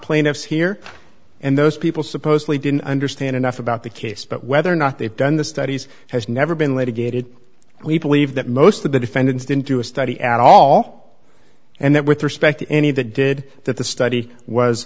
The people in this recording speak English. plaintiffs here and those people supposedly didn't understand enough about the case but whether or not they've done the studies has never been litigated and we believe that most of the defendants didn't do a study at all and that with respect to any that did that the study was